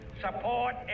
support